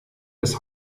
des